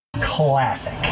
Classic